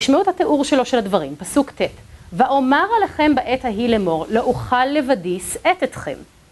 שמעו את התיאור שלו של הדברים. פסוק ט׳: ״ואומר אליכם בעת ההיא לאמור, לא אוכל לבדי שאת אתכם״